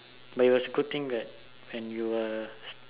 but it was a good thing that when we were